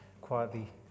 quietly